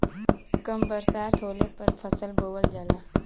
कम बरसात होले पर फसल बोअल जाला